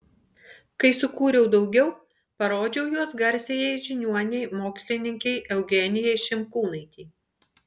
kai sukūriau daugiau parodžiau juos garsiajai žiniuonei mokslininkei eugenijai šimkūnaitei